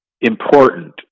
Important